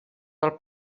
del